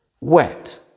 Wet